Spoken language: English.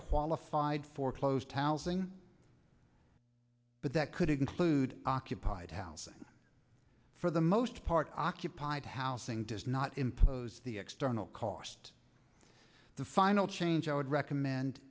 qualified for closed housing but that could include occupied housing for the most part occupied housing does not impose the external cost the final change i would recommend